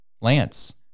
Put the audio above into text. Lance